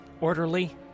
orderly